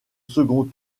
second